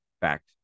Fact